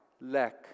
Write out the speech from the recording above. lack